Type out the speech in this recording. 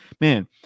man